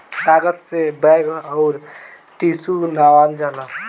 कागज से बैग अउर टिशू बनावल जाला